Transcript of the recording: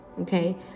okay